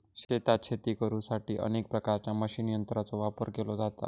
शेतात शेती करुसाठी अनेक प्रकारच्या मशीन यंत्रांचो वापर केलो जाता